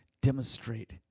demonstrate